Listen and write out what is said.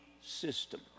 system